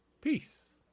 Peace